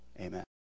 Amen